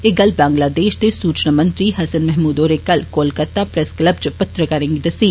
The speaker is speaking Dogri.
एह् गल्ल बंग्लादेष दे सूचना मंत्री हसन महमूद होरें कल कोलकाता प्रैस क्लब च पत्रकारें गी दस्सी